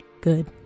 good